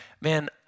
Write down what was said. man